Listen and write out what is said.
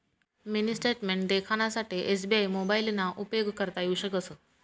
mini statement देखानासाठे SBI मोबाइलना उपेग करता येऊ शकस